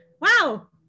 wow